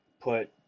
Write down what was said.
put